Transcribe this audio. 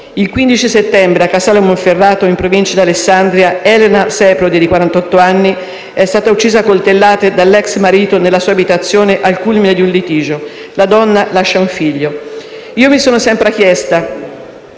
Il 15 settembre, a Casale Monferrato, in provincia di Alessandria, Elena Seprodi, di quarantotto anni, è stata uccisa a coltellate dall'ex marito nella sua abitazione al culmine di un litigio. La donna lascia un figlio. Mi sono sempre chiesta